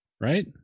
right